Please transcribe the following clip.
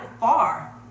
far